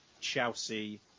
Chelsea